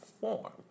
form